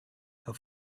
her